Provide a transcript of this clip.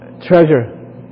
treasure